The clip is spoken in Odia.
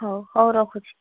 ହଉ ହଉ ରଖୁଛି